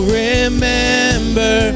remember